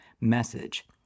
message